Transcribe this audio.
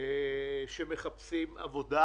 שמחפשים עבודה,